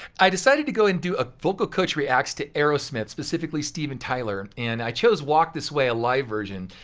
i decided to go ahead and do a vocal coach reacts to aerosmith, specifically steven tyler and i chose walk this way a live version.